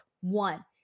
one